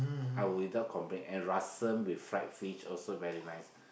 I will be without complain and rassam with fried fish also very nice